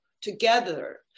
together